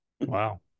Wow